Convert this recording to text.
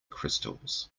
crystals